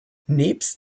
nebst